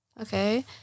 Okay